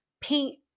paint